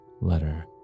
letter